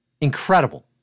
Incredible